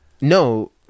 No